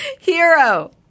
Hero